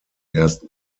ersten